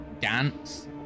dance